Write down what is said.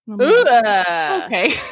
Okay